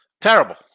Terrible